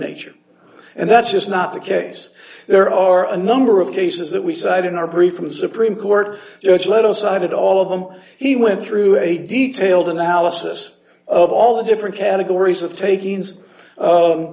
nature and that's just not the case there are a number of cases that we cite in our briefing the supreme court judge let us cited all of them he went through a detailed analysis of all the different categories of taking